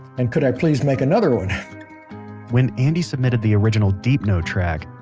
and could i please make another one when andy submitted the original deep note track,